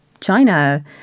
China